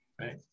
Right